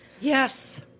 Yes